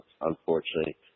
unfortunately